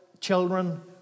children